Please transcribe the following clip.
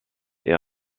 est